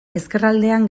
ezkerraldean